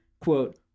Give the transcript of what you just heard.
quote